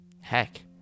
Heck